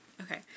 Okay